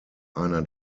einer